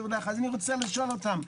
אז אני רוצה לשאול אותם,